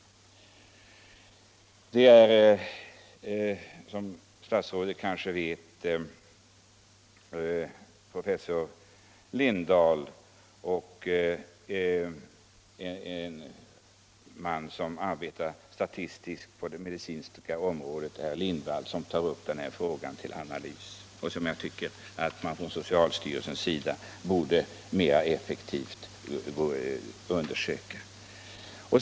Som statsrådet väl vet är det professor Lindahl och Lars Lindwall — som arbetar med statistiska uppgifter på det medicinska området — som tar upp denna fråga till analys. Jag tycker också att man från socialstyrelsens sida borde undersöka detta mera effektivt.